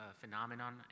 phenomenon